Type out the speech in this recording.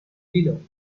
below